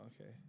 Okay